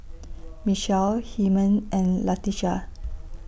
Michelle Hymen and Latesha